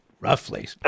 Roughly